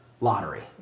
lottery